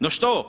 No što?